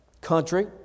country